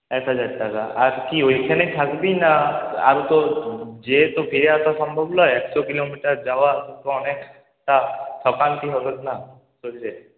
এক হাজার টাকা আর কি ওইখানেই থাকবি না আর তো যেয়ে তো ফিরে আসা সম্ভব নয় একশ কিলোমিটার যাওয়া তো অনেকটা থকান্তি হবে না শরীরে